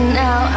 now